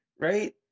right